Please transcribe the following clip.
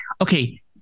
okay